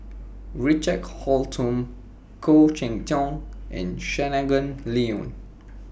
Richard Holttum Khoo Cheng Tiong and Shangguan Liuyun